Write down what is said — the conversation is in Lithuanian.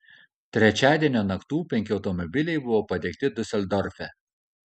trečiadienio naktų penki automobiliai buvo padegti diuseldorfe